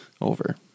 Over